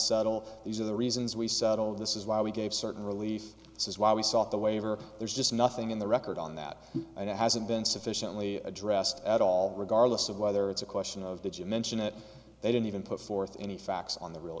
settle these are the reasons we settled this is why we gave certain relief this is why we sought the waiver there's just nothing in the record on that and it hasn't been sufficiently addressed at all regardless of whether it's a question of did you mention it they didn't even put forth any facts on the real